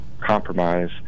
compromise